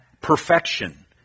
perfection